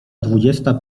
dwudziesta